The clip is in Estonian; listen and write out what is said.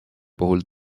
puhul